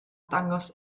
dangos